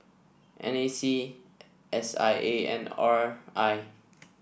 N A C S I A and R I